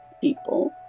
people